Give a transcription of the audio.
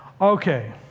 Okay